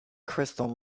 crystal